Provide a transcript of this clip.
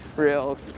real